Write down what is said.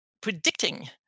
predicting